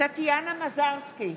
טטיאנה מזרסקי,